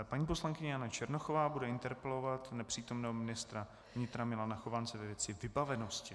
Paní poslankyně Jana Černochová bude interpelovat nepřítomného ministra vnitra Milana Chovance ve věci vybavenosti.